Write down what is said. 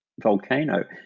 volcano